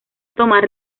tomar